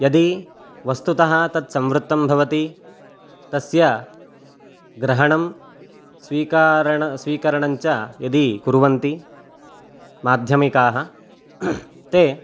यदि वस्तुतः तत्संवृत्तं भवति तस्य ग्रहणं स्वीकरणं स्वीकरणञ्च यदि कुर्वन्ति माध्यमिकाः ते